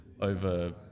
over